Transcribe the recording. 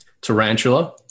Tarantula